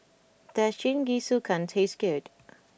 does Jingisukan taste good